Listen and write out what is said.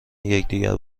یکدیگر